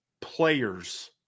players